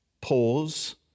Pause